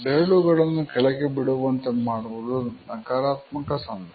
ಬೆರಳುಗಳನ್ನು ಕೆಳಗೆ ಬಿಡುವಂತೆ ಮಾಡುವುದು ನಕಾರಾತ್ಮಕ ಸನ್ನೆ